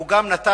הוא גם נתן,